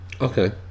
Okay